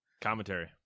commentary